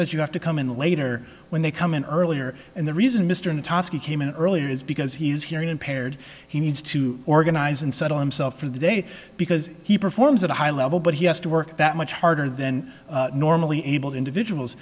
says you have to come in later when they come in earlier and the reason mr natonski came in earlier is because he's hearing impaired he needs to organize and settle himself for the day because he performs at a high level but he has to work that much harder than normally able individuals